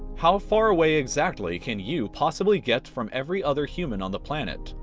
how far away exactly can you possibly get from every other human on the planet?